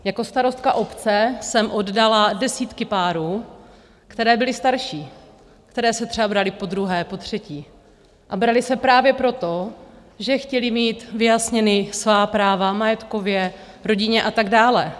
Jako starostka obce jsem oddala desítky párů, které byly starší, které se třeba braly podruhé, potřetí, a braly se právě proto, že chtěly mít vyjasněny svá práva majetkově v rodině a tak dále.